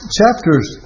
chapters